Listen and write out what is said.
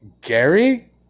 Gary